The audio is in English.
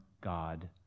God